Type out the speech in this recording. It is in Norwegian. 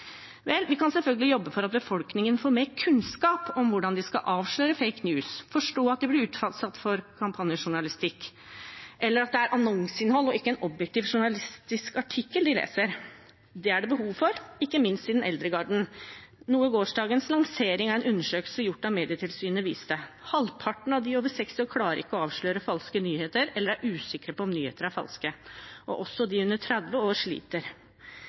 Vel, vi kan selvfølgelig jobbe for at befolkningen får mer kunnskap om hvordan de kan avsløre «fake news», forstå at de blir utsatt for kampanjejournalistikk, eller at det er annonseinnhold og ikke en objektiv journalistisk artikkel de leser. Det er det behov for – ikke minst i den eldre garden – noe gårsdagens lansering av en undersøkelse gjort av Medietilsynet viste. Halvparten av de over 60 år klarer ikke å avsløre falske nyheter eller er usikre på om nyheter er falske, og også de under 30 år sliter.